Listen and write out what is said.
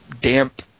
damp –